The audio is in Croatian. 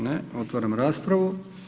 Ne, otvaram raspravu.